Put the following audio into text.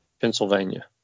pennsylvania